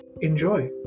enjoy